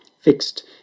fixed